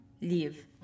leave